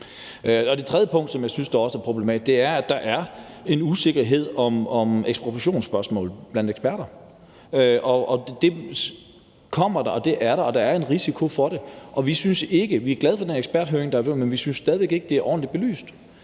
Et tredje punkt, som jeg også synes er problematisk, er, at der er en usikkerhed om ekspropriationsspørgsmålet blandt eksperter. Det kommer der, og det er der, og der er en risiko for det. Vi er glade for den her eksperthøring, der har været, men vi synes stadig væk ikke, det er ordentligt belyst.